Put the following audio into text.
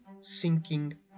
sinking